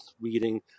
reading